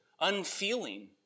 unfeeling